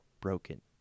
broken